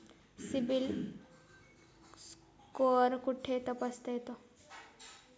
CIBIL score कुठे तपासता येतो?